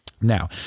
now